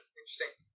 Interesting